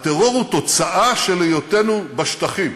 הוא תוצאה של היותנו בשטחים.